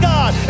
God